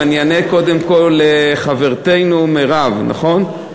ואני אענה קודם כול לחברתנו מרב, נכון?